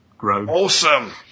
Awesome